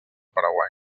paraguai